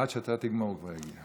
עד שאתה תגמור הוא כבר יגיע.